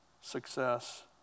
success